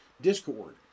Discord